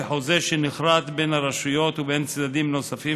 כחוזה שנכרת בין הרשויות ובין צדדים נוספים